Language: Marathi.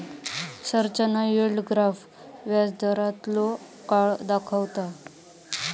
संरचना यील्ड ग्राफ व्याजदारांतलो काळ दाखवता